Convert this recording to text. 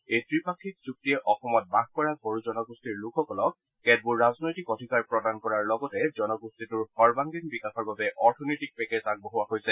এই ত্ৰিপাক্ষিক চুক্তিয়ে অসমত বাস কৰা বড়ো জনগোষ্ঠীৰ লোকসকলক কেতবোৰ ৰাজনৈতিক অধিকাৰ প্ৰদান কৰাৰ লগতে জনগোষ্ঠীটোৰ সৰ্বাংগীন বিকাশৰ বাবে অৰ্থনৈতিক পেকেজ আগবঢ়োৱা হৈছে